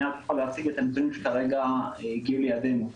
אני רק יכול להציג את הנתונים שכרגע הגיעו לידינו,